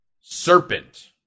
serpent